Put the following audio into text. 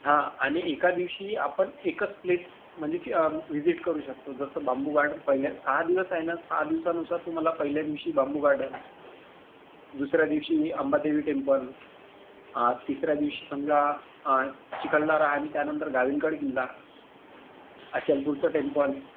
हां आणि एका दिवशी आपण एकच प्लेस म्हणजे की व्हिजिट करू शकतो जसं बांबू गार्डन पहिले सहा दिवस आहे ना सहा दिवसानुसार तुम्हाला पहिल्या दिवशी बांबू गार्डन दुसऱ्या दिवशी होईल अंबादेवी टेम्पल तिसऱ्या दिवशी समजा चिखलदारा आणि त्यानंतर गाविलगड किल्ला अचलपूरचं टेम्पल